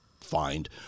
find